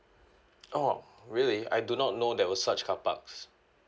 orh really I do not know there was such carparks